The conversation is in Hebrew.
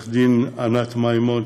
עו"ד ענת מימון,